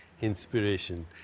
inspiration